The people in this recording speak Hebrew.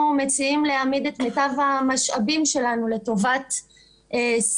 אנחנו מציעים להעמיד את מיטב המשאבים שלנו לטובת סיוע